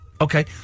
Okay